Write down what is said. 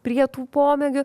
prie tų pomėgių